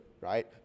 right